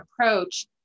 approach